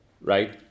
right